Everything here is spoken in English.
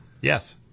Yes